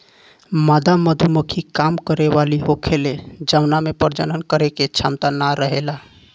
मादा मधुमक्खी काम करे वाली होखेले जवना में प्रजनन करे के क्षमता ना रहेला